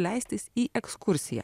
leistis į ekskursiją